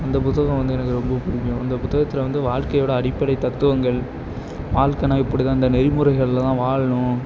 அந்த புத்தகம் வந்து எனக்கு ரொம்ப பிடிக்கும் அந்த புத்தகத்தில் வந்து வாழ்க்கையோடய அடிப்படை தத்துவங்கள் வாழ்க்கனா இப்படிதாண்ட நெறிமுறைகள்ல தான் வாழணும்